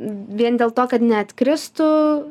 vien dėl to kad neatkristų